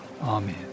amen